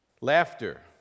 Laughter